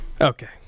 okay